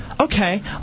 Okay